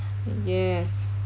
yes